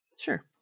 Sure